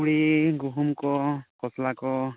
ᱛᱩᱲᱤ ᱜᱩᱦᱩᱢᱠᱚ ᱠᱷᱚᱥᱞᱟᱠᱚ